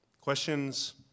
questions